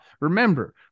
remember